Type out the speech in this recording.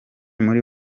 muri